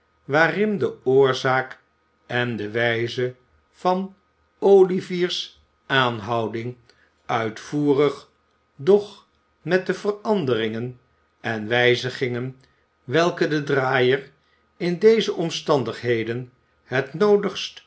waarin de oorzaak en de wijze van olivier's aanhouding uitvoerig doch met de veranderingen en wijzigingen welke de draaier in deze omstandigheden het noodigst